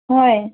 ꯍꯣꯏ